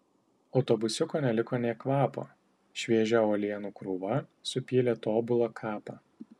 autobusiuko neliko nė kvapo šviežia uolienų krūva supylė tobulą kapą